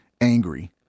angry